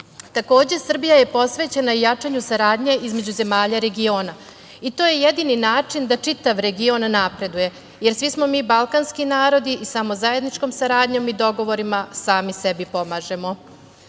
Takođe, Srbija je posvećena jačanju saradnje između zemalja regiona i to je jedini način da čitav region napreduje, jer svi smo mi balkanski narodi i samo zajedničkom saradnjom i dogovorima sami sebi pomažemo. Prilikom